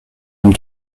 une